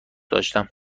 داشتم